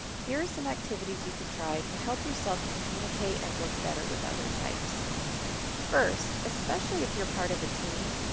here are some activities you can try to help yourself communicate and work better with other types first, especially if you are part of a team,